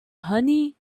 honey